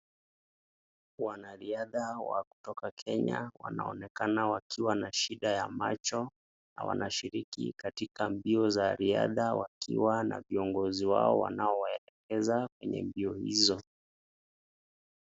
Wanariadha wa kutoka Kenya wanaonekana wakiwa na shida ya macho, na wanashiriki katika mbio za riadha wakiwa na viongozi wao wanaowaelekeza kwenye mbio hizo.